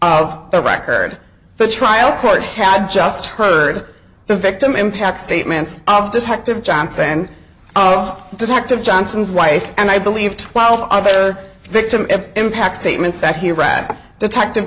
of the record the trial court had just heard the victim impact statements of destructive john fan of detective johnson's wife and i believe twelve other victim impact statements that he read detective